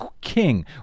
King